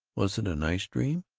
was it a nice dream?